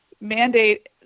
mandate